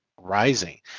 rising